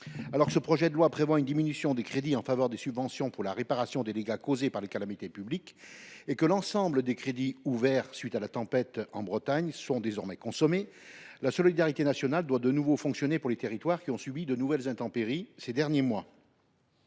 loi de finances prévoit une diminution des crédits en faveur des subventions pour la réparation des dégâts causés par les calamités publiques et que l’ensemble des crédits ouverts à la suite de la tempête en Bretagne sont désormais consommés, la solidarité nationale doit de nouveau fonctionner pour les territoires qui ont subi de nouvelles intempéries ces derniers mois.